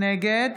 נגד